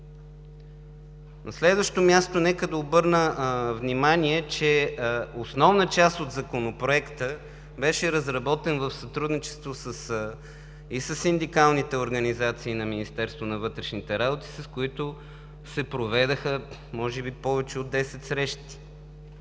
На следващо място, нека да обърна внимание, че основна част от Законопроекта беше разработен в сътрудничество и със синдикалните организации на Министерството на вътрешните работи, с които се проведоха може би повече от 10 срещи